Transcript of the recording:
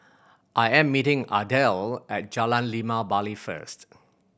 I am meeting Adele at Jalan Limau Bali first